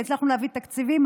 כי הצלחנו להביא תקציבים,